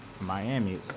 Miami